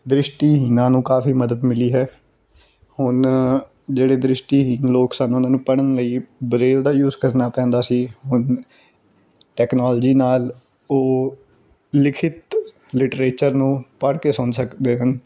ਦ੍ਰਿਸ਼ਟੀਹੀਣਾਂ ਨੂੰ ਕਾਫ਼ੀ ਮਦਦ ਮਿਲੀ ਹੈ ਹੁਣ ਜਿਹੜੇ ਦ੍ਰਿਸ਼ਟੀਹੀਣ ਲੋਕ ਸਨ ਉਹਨਾਂ ਨੂੰ ਪੜ੍ਹਨ ਲਈ ਬਰੇਲ ਦਾ ਯੂਜ ਕਰਨਾ ਪੈਂਦਾ ਸੀ ਹੁਣ ਟੈਕਨੋਲੋਜੀ ਨਾਲ ਉਹ ਲਿਖਿਤ ਲਿਟਰੇਚਰ ਨੂੰ ਪੜ੍ਹ ਕੇ ਸੁਣ ਸਕਦੇ ਹਨ